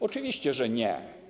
Oczywiście, że nie.